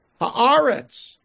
Haaretz